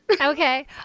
Okay